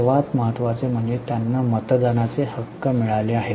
सर्वात महत्वाचे म्हणजे त्यांना मतदानाचे हक्क मिळाले आहेत